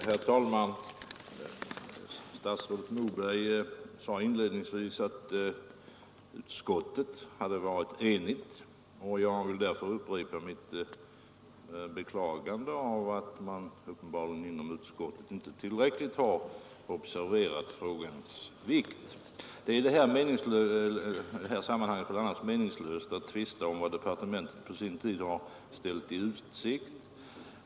Herr talman! Statsrådet Moberg sade inledningsvis att utskottet varit enigt. Jag vill därför upprepa mitt beklagande av att man uppenbarligen inom utskottet inte tillräckligt har observerat frågans vikt. Det är i detta sammanhang meningslöst att tvista om vad departementet på sin tid har ställt i utsikt.